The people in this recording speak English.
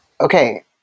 Okay